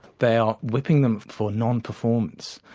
they are whipping them for non-performance,